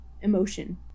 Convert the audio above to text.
emotion